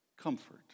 comfort